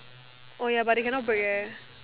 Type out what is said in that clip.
orh ya but they can not break eh